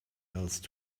else